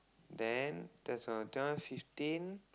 then two thousand twelve fifteen